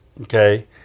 Okay